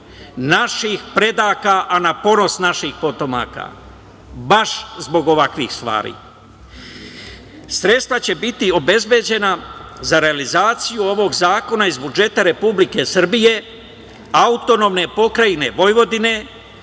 naših predaka, a na ponos naših potomaka, baš zbog ovakvih stvari. Sredstva će biti obezbeđena za realizaciju ovog zakona iz budžeta Republike Srbije, AP Vojvodine,